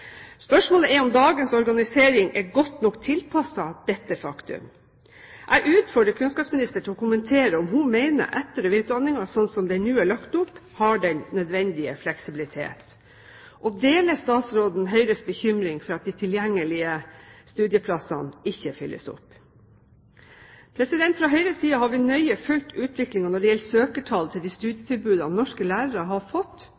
Spørsmålet er om dagens organisering er godt nok tilpasset dette faktum. Jeg utfordrer kunnskapsministeren til å kommentere om hun mener etter- og videreutdanningen, sånn som den nå er lagt opp, har den nødvendige fleksibilitet. Deler statsråden Høyres bekymring for at de tilgjengelige studieplassene ikke fylles opp? Fra Høyres side har vi nøye fulgt utviklingen når det gjelder søkertall til de studietilbudene norske lærere har fått,